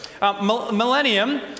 millennium